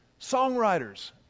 songwriters